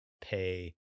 pay